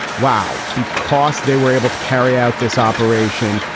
wow. because they were able to carry out this operation.